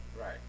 Right